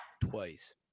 twice